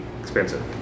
expensive